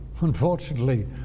Unfortunately